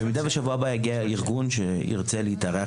במידה ובשבוע הבא יגיע ארגון שירצה להתארח